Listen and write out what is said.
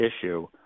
issue